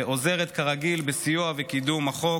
שעוזרת כרגיל בסיוע וקידום החוק.